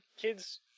kids